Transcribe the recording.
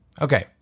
Okay